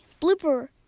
Blooper